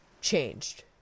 changed